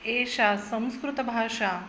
एषा संस्कृतभाषा